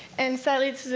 and sadly,